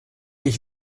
ich